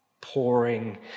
pouring